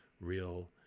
real